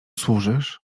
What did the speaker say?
służysz